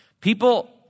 People